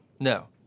No